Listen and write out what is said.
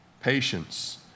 Patience